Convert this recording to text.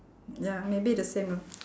ya maybe the same ah